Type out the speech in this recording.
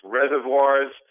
reservoirs